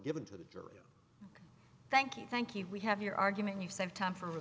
given to the jury thank you thank you we have your argument you said time for